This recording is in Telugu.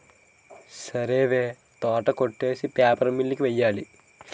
సరివే తోట కొట్టేసి పేపర్ మిల్లు కి వెయ్యాలి